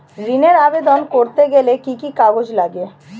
ঋণের আবেদন করতে গেলে কি কি কাগজ লাগে?